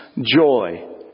joy